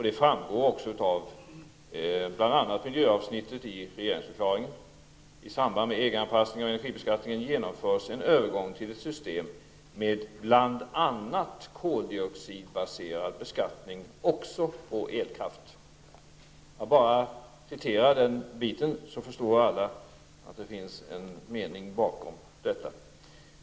Det framgår också bl.a. av miljöavsnittet i regeringsförklaringen: ''I samband med EG-anpassningen av energibeskattningen genomförs en övergång till ett system med bl.a. koldioxidbaserad beskattning också på elkraft.'' Jag citerar den biten så förstår alla att det finns en mening bakom detta.